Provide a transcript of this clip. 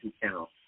channel